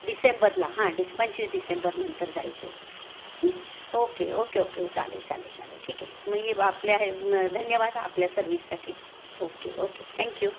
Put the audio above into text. डिसेंबरला हां डिस पंचवीस डिसेंबरनंतर जायचं आहे हं ओके ओके ओके ओ चालेल चालेल चालेल ठीक आहे मी आपल्या हे धन्यवाद आपल्या सर्विससाठी ओके ओके थँक यू